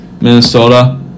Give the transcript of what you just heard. Minnesota